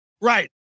Right